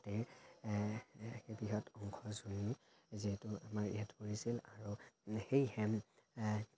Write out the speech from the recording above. সতীৰ বৃহৎ অংশজুৰি যিহেতু আমাৰ ইয়াত পৰিছিল আৰু সেই হেম